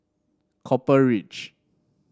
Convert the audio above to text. Copper Ridge